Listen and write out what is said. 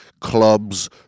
clubs